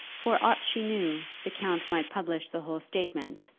for aught she knew, the count might publish the whole statement,